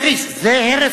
זה הרס